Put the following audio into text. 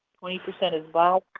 twenty percent is black,